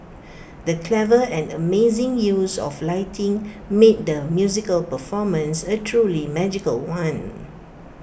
the clever and amazing use of lighting made the musical performance A truly magical one